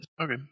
Okay